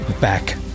back